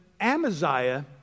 Amaziah